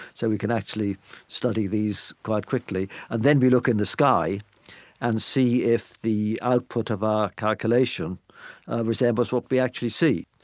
so we can actually study these quite quickly. and then we look in the sky and see if the output of our calculation resembles what we actually see.